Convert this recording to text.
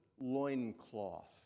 loincloth